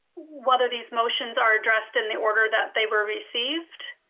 whether these motions are addressed in the order that they were received.